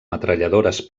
metralladores